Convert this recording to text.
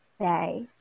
say